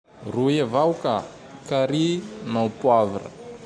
Roy avao ka! curry naho poavra.